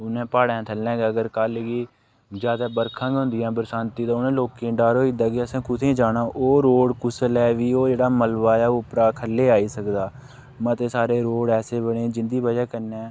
उ'नें प्हाड़ें दे थ'ल्ले गै अगर कल गी जादा बरखां गै होंदियां बरसांती ते उ'नें लोकें ई डर होई जंदा कि असें कु'त्थें ई जाना ओह् रोड कुसलै बी ओह् जेह्ड़ा मलबा ऐ ओह् उप्परा ख'ल्ले ई आई सकदा ऐ मते सारे रोड ऐसे बने दे जिं'दी बजह् कन्नै